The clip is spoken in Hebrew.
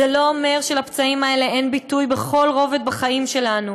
זה לא אומר שלפצעים האלה אין ביטוי בכל רובד בחיים שלנו,